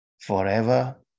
forever